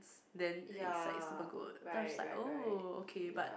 s~ then it's like super good then I just like oh okay but